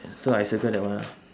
so I circle that one ah